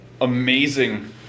Amazing